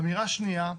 אמירה שנייה,